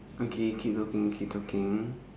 okay keep talking keep talking